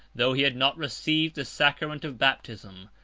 though he had not received the sacrament of baptism,